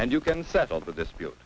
and you can settle the dispute